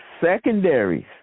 secondaries